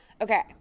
okay